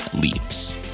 Leaps